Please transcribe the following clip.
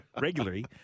regularly